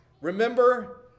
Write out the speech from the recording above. Remember